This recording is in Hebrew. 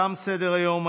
תם סדר-היום.